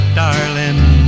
darling